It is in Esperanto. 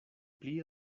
pli